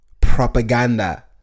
propaganda